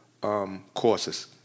courses